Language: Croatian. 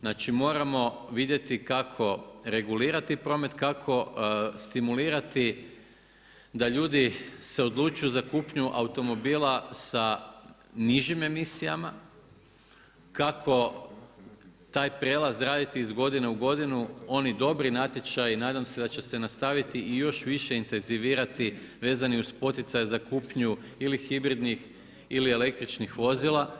Znači moramo vidjeti kako regulirati promet, kako stimulirati da ljudi se odlučuju za kupnju automobila sa nižim emisijama, kako taj prijelaz raditi iz godine u godinu, oni dobri natječaji nadam se da će se nastaviti i još više intenzivirati, vezani uz poticaje za kupnju ili hibridnih ili električnih vozila.